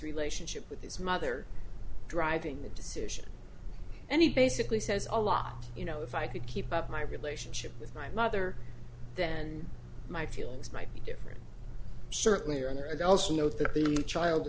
relationship with his mother driving the decision and he basically says a lot you know if i could keep up my relationship with my mother then my feelings might be different certainly or i'd also know that the child